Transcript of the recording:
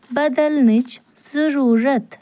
بدلنٕچ ضُروٗرت